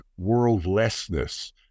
worldlessness